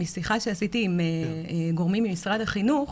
משיחה שעשיתי עם גורמים ממשרד החינוך,